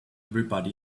everybody